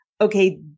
okay